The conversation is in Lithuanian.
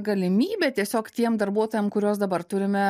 galimybė tiesiog tiem darbuotojam kuriuos dabar turime